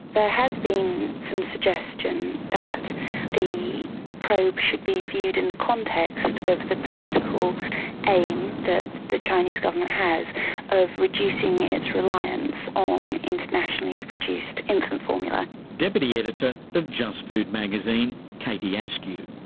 has been some suggestion that the probe should be viewed in the context of the political aim that the chinese government has of reducing its reliance on internationally produced infant formula. deputy editor of just food magazine, katy ah askew.